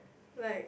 like